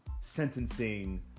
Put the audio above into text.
sentencing